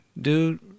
dude